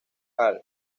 hall